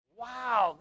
wow